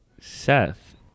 Seth